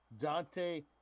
Dante